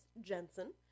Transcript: Jensen